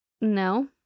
no